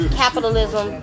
capitalism